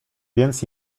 więc